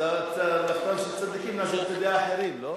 של צדיקים נעשית על-ידי אחרים, לא?